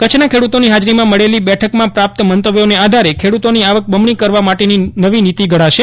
કચ્છના ખેડૂતોની ફાજરીમાં મળેલી બેઠકમાં પ્રાપ્ત મંતવ્યો ને આધારે ખેડૂતોની આવક બમણી કરવા માટેની નવી નીતિ ઘડાશે